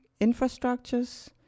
infrastructures